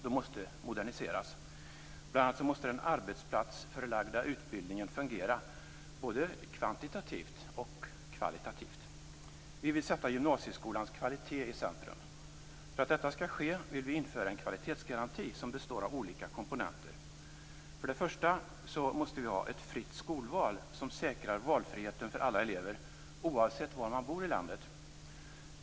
De måste moderniseras. Bl.a. måste den arbetsplatsförlagda utbildningen fungera både kvantitativt och kvalitativt. Vi vill sätta gymnasieskolans kvalitet i centrum. För att detta skall kunna ske vill vi införa en kvalitetsgaranti som består av olika komponenter. För det första måste vi ha ett fritt skolval som säkrar valfriheten för alla elever oavsett var de bor i landet.